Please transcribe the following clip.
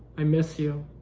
i miss you